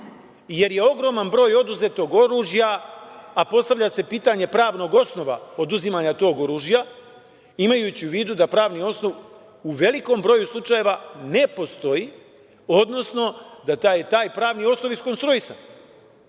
jer je ogroman broj oduzetog oružja, a postavlja se pitanje pravnog osnova oduzimanja tog oružja, imajući u vidu da pravni osnov u velikom broju slučajeva ne postoji, odnosno da je taj i taj pravni osnov iskonstruisan,